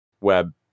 web